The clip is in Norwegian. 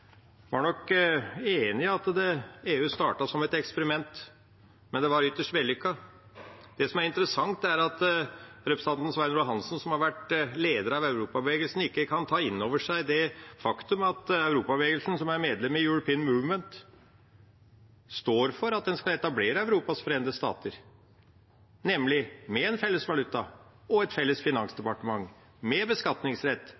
var nok enig i at EU startet som et eksperiment, men det var ytterst vellykket. Det som er interessant, er at representanten Svein Roald Hansen, som har vært leder av Europabevegelsen, ikke kan ta inn over seg det faktum at Europabevegelsen, som er medlem i The European Movement, står for at en skal etablere Europas forenede stater, nemlig med en felles valuta, et felles